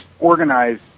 organize